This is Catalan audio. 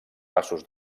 passos